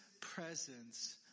presence